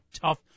tough